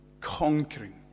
conquering